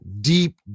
deep